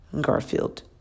Garfield